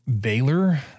Baylor